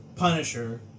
Punisher